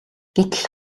гэтэл